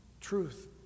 Truth